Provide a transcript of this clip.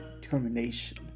termination